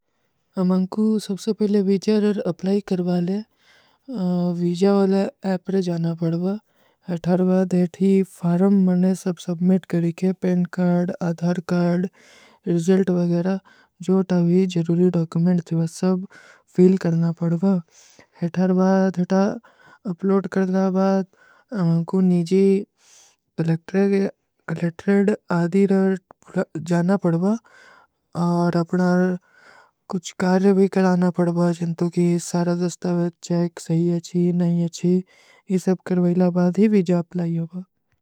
ହମାଂକୁ ଵ୍ଯାଖ୍ଯା କୁଛ କାରେ ଭୀ କରାନା ପଡବା, ଜିନ୍ତୋଂ କୀ ସାରା ଜସ୍ତାଵେଟ ଚେକ ସହୀ ହୈ। ଅଚ୍ଛୀ ହୈ, ନହୀଂ ହୈ, ଅଚ୍ଛୀ ହୈ, ଯେ ସବ କରଵେଲା ବାଦ ହୀ ଭୀ ଜାପ ଲାଈ ହୋଗା।